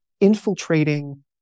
infiltrating